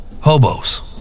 Hobos